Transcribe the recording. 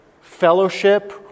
fellowship